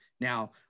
Now